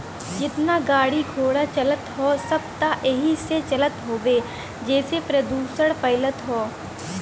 जेतना गाड़ी घोड़ा चलत हौ सब त एही से चलत हउवे जेसे प्रदुषण फइलत हौ